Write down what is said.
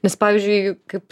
nes pavyzdžiui kaip